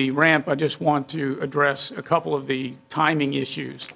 the ramp i just want to address a couple of the timing issues